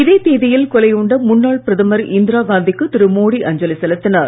இதே தேதியில் கொலையுண்ட முன்னாள் பிரதமர் இந்திராகாந்திக்கு திரு மோடி அஞ்சலி செலுத்தினார்